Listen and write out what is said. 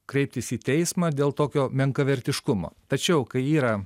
kreiptis į teismą dėl tokio menkavertiškumo tačiau kai yra